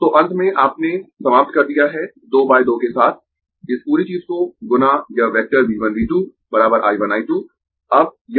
तो अंत में आपने समाप्त कर दिया है 2 बाय 2 के साथ इस पूरी चीज को गुना यह vector V 1 V 2 I 1 I 2